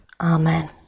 Amen